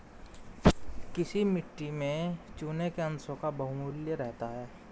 किस मिट्टी में चूने के अंशों का बाहुल्य रहता है?